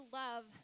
love